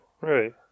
Right